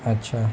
અચ્છા